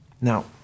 Now